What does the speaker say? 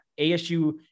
ASU